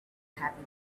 happen